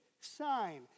sign